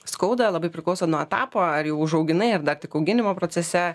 skauda labai priklauso nuo etapo ar jau užauginai ar dar tik auginimo procese